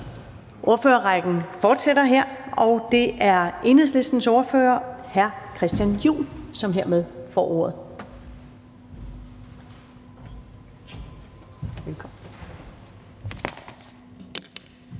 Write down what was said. Ordførerrækken fortsætter her, og det er Enhedslistens ordfører, hr. Christian Juhl, som hermed får ordet.